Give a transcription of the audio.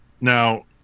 now